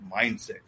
mindset